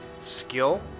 Skill